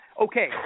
okay